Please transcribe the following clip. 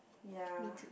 ya